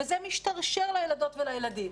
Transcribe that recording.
וזה משתרשר לילדות ולילדים.